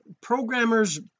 programmers